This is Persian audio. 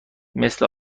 مثل